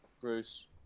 Bruce